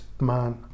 man